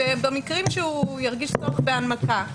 ובמקרים שהוא ירגיש צורך בהנמקה,